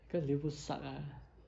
cause liverpool suck ah